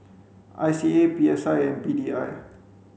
I C A P S I and P D I